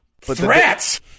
Threats